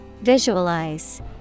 Visualize